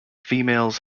females